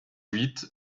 huit